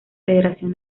federación